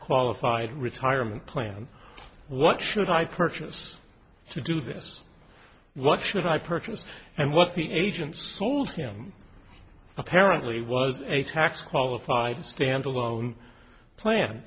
qualified retirement plan what should i purchase to do this what should i purchase and what the agents told him apparently was a tax qualified standalone plan